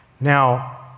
Now